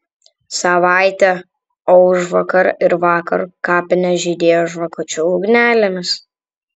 savaitė o užvakar ir vakar kapinės žydėjo žvakučių ugnelėmis